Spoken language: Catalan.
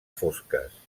fosques